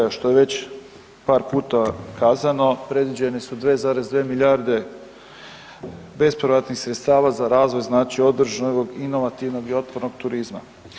Evo što je već par puta kazano, predviđeni su 2,2 milijarde bespovratnih sredstava za razvoj znači održivog, inovativnog i otpornog turizma.